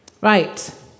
Right